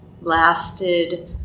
lasted